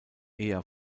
eher